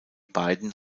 beiden